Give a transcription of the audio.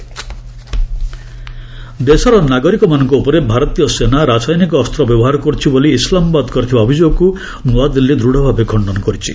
India Pak ଦେଶର ନାଗରିକମାନଙ୍କ ଉପରେ ଭାରତୀୟ ସେନା ରାସାୟନିକ ଅସ୍ତ୍ର ବ୍ୟବହାର କରୁଛି ବୋଲି ଇସ୍ଲାମାବାଦ କରିଥିବା ଅଭଯୋଗକୁ ନୂଆଦିଲ୍ଲୀ ଦୂଢ଼ ଭାବେ ଖଶ୍ତନ କରିଛି